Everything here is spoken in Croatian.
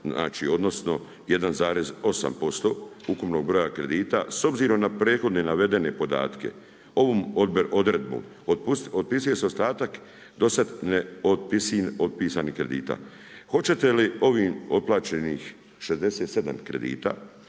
odnosno 1,8% ukupnog broja kredita. S obzirom na prethodno navedene podatke ovom odredbom otpisuje se ostatak do sada neotpisanih kredita. Hoće li ovih otplaćenih 67 kredita